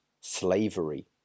slavery